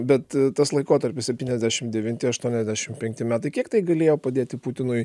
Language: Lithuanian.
bet tas laikotarpis septyniasdešim devinti aštuoniasdešim penkti metai kiek tai galėjo padėti putinui